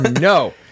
No